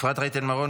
אפרת רייטן מרום,